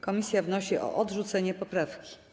Komisja wnosi o odrzucenie poprawki.